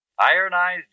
Ironized